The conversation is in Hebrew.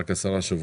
רק 10 שבועות,